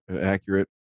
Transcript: accurate